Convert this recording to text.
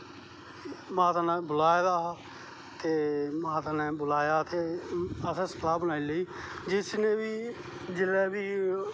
माता नै बलाए दा हा ते माता नै बलाया असैं सलाह् बनाई लेई जिसलै बी